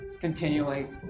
continually